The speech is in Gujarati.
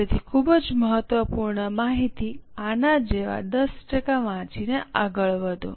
ફરીથી ખૂબ જ મહત્વપૂર્ણ માહિતી આના જેવા 10 ટકા વાંચીને આગળ વધો